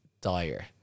dire